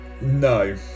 no